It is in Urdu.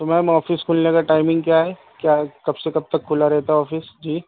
تو میم آفس کھلنے کا ٹائمنگ کیا ہے کیا کب سے کب تک کھلا رہتا ہے آفس جی